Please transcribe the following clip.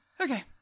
Okay